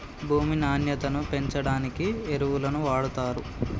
భూమి నాణ్యతను పెంచడానికి ఎరువులను వాడుతారు